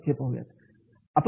याविषयी बोलणार आहोत